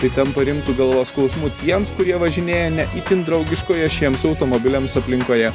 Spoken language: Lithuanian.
tai tampa rimtu galvos skausmu tiems kurie važinėja ne itin draugiškoje šiems automobiliams aplinkoje